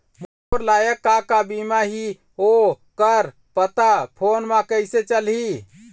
मोर लायक का का बीमा ही ओ कर पता फ़ोन म कइसे चलही?